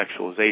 sexualization